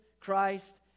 Christ